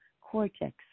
cortex